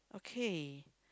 okay